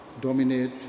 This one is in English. dominate